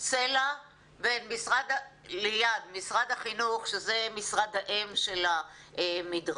צלע ליד משרד החינוך שזה משרד האם של המדרשה,